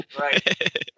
Right